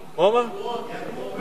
יפה.